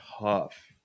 tough